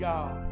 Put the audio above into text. God